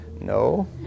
No